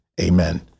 Amen